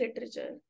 literature